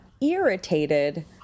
irritated